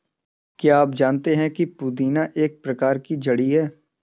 क्या आप जानते है पुदीना एक प्रकार की जड़ी है